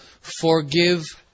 Forgive